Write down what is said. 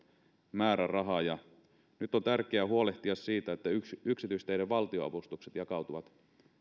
määräraha nyt on tärkeää huolehtia siitä että yksityisteiden valtionavustukset jakautuvat